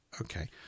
okay